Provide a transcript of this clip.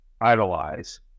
idolize